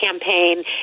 campaign